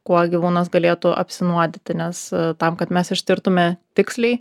kuo gyvūnas galėtų apsinuodyti nes tam kad mes ištirtume tiksliai